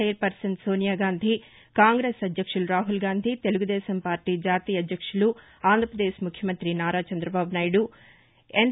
chairperson Sonia Gandhi Congress అధ్యక్షులు Rahul Gandhi Telugu Desam party జాతీయ అధ్యక్షులు ఆంధ్రప్రదేశ్ ముఖ్యమంత్రి నారా చందబాబునాయుడు ఎన్